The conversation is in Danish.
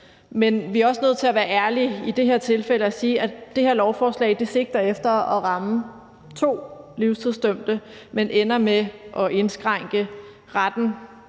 men vi er også nødt til at være ærlige i det her tilfælde og sige, at det her lovforslag sigter efter at ramme to livstidsdømte, men ender med at indskrænke retten